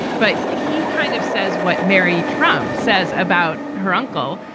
but he kind of says what mary trump says about her uncle,